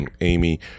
Amy